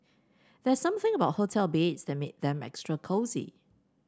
there's something about hotel beds that make them extra cosy